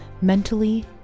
mentally